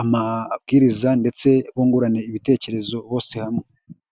amabwiriza ndetse bungurane ibitekerezo bose hamwe.